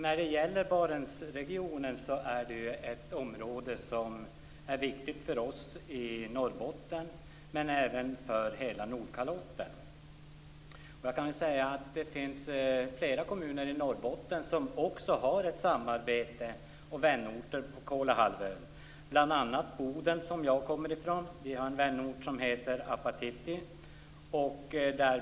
Fru talman! Barentsregionen är ett område som är viktigt för oss i Norrbotten, men även för hela Nordkalotten. Det finns flera kommuner i Norrbotten som också har ett samarbete och vänorter på Kolahalvön. Boden, som jag kommer från, har en vänort som heter Apatity.